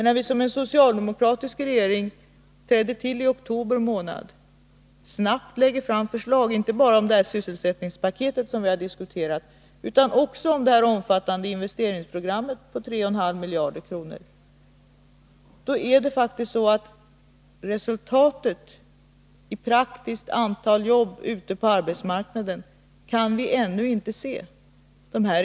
När den socialdemokratiska regeringen som trädde till i oktober snabbt lade fram förslag, inte bara om det sysselsättningspaket som vi diskuterat utan också om det omfattande investeringsprogrammet på 3,5 miljarder kronor, är det faktiskt så, att resultatet i antalet arbeten ute på arbetsmarknaden ännu inte kan ses.